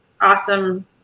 awesome